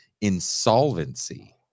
insolvency